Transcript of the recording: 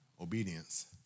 Obedience